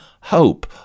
hope